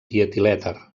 dietilèter